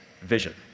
vision